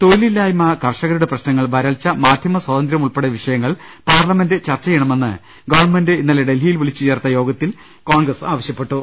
തൊഴിലില്ലായ്മ കർഷകരുടെ പ്രശ്നങ്ങൾ വരൾച്ച മാധ്യമസ്വാ തന്ത്യം ഉൾപ്പെടെ വിഷയങ്ങൾ പാർലമെന്റ് ചർച്ച ചെയ്യണമെന്ന് ഗവൺമെന്റ് ഇന്നലെ ഡൽഹിയിൽ വിളിച്ചുചേർത്ത യോഗത്തിൽ കോൺഗ്രസ് ആവശ്യ പ്പെട്ടു